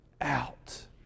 out